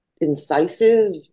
incisive